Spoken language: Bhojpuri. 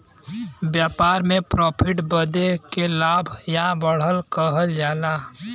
व्यापार में प्रॉफिट बढ़े के लाभ या बढ़त कहल जाला